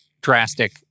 Drastic